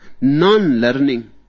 Non-learning